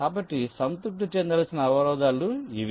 కాబట్టి సంతృప్తి చెందాల్సిన అవరోధాలు ఇవి